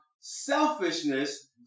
Selfishness